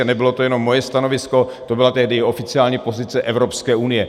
A nebylo to jenom moje stanovisko, to byla tehdy oficiální pozice Evropské unie.